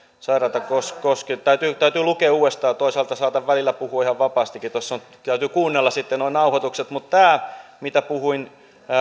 sairaita koske koske täytyy täytyy lukea uudestaan toisaalta saatan välillä puhua ihan vapaastikin täytyy kuunnella sitten nuo nauhoitukset mutta tämä mitä puhuin